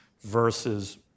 versus